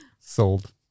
Sold